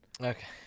Okay